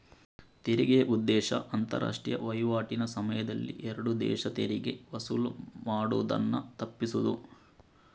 ತೆರಿಗೆಯ ಉದ್ದೇಶ ಅಂತಾರಾಷ್ಟ್ರೀಯ ವೈವಾಟಿನ ಸಮಯದಲ್ಲಿ ಎರಡು ದೇಶ ತೆರಿಗೆ ವಸೂಲು ಮಾಡುದನ್ನ ತಪ್ಪಿಸುದು